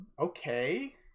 Okay